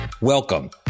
Welcome